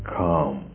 come